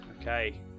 Okay